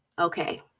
Okay